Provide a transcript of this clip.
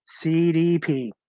CDP